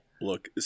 Look